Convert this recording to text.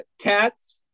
cats